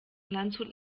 landshut